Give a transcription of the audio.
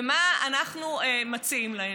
ומה אנחנו מציעים להם?